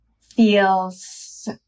feels